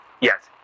yes